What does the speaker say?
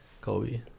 Kobe